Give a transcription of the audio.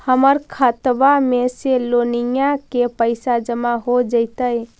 हमर खातबा में से लोनिया के पैसा जामा हो जैतय?